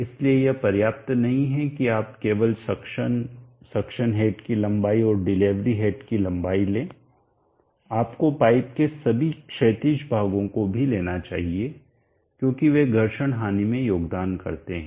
इसलिए यह पर्याप्त नहीं है कि आप केवल सक्शन सक्शन हेड की लंबाई और डिलीवरी हेड की लंबाई लें आपको पाइप के सभी क्षैतिज भागों को भी लेना चाहिए क्योंकि वे घर्षण हानि में योगदान करते हैं